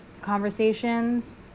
conversations